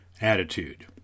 attitude